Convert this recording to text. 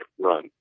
run